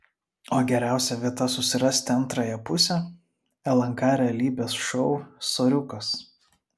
o geriausia vieta susirasti antrąją pusę lnk realybės šou soriukas